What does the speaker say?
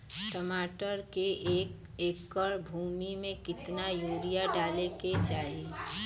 टमाटर के एक एकड़ भूमि मे कितना यूरिया डाले के चाही?